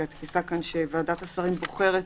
כי התפיסה כאן שוועדת השרים בוחרת,